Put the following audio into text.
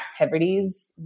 activities